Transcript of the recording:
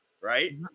Right